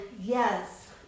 yes